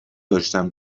داشتم